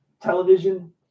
television